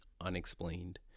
unexplained